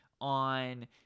on